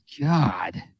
God